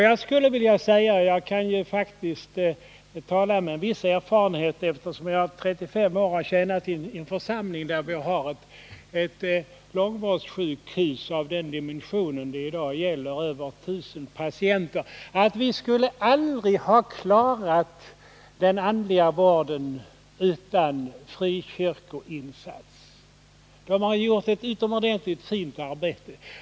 Den andliga vår Jag kan faktiskt tala med en viss erfarenhet, eftersom jag i 35 år har tjänat — den vid sjukhusen, en församling där det finns ett långvårdssjukhus av den dimension det i dag m.m. gäller — sjukhuset kan ta emot över 1 000 patienter — och jag vill mot den bakgrunden säga att vi aldrig skulle ha klarat den andliga vården utan frikyrkoinsats. De frikyrkliga församlingarna har gjort ett utomordentligt fint arbete.